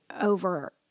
over